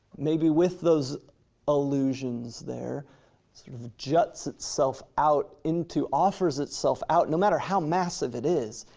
maybe with those allusions there, sort of juts itself out into, offers itself out, no matter how massive it is,